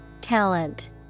Talent